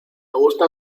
gusta